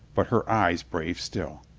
but her eyes brave still.